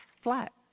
flat